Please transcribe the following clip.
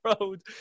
road